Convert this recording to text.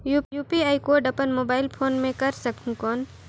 UPI code अपन mobile phone मे कर सकहुं कौन?